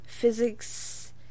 Physics